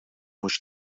mhux